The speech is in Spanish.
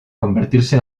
convertirse